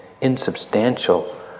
insubstantial